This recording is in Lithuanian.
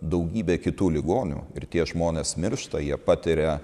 daugybė kitų ligonių ir tie žmonės miršta jie patiria